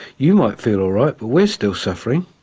you might feel all right, but we're still suffering.